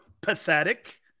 pathetic